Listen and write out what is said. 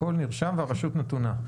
הכול נרשם והרשות נתונה.